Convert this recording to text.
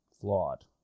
flawed